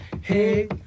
Hey